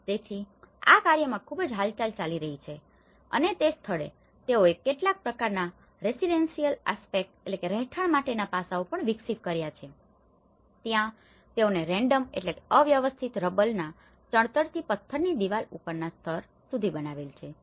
તેથી આ કાર્યમાં ખૂબ જ હાલચાલ ચાલી રહી છે અને તે સ્થળે તેઓએ કેટલાક પ્રકારના રેસીડેન્સીયલ આસ્પેક્ટresidential aspects રહેઠાણ માટેના પાસાઓ પણ વિકસિત કર્યા છે જ્યાં તેઓએ રેન્ડમrandomઅવ્યવસ્થિત રબલના ચણતરથી પત્થરની દિવાલ ઉબરાના સ્તર સુધી બનાવેલ છે